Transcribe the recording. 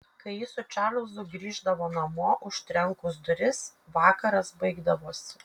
kai ji su čarlzu grįždavo namo užtrenkus duris vakaras baigdavosi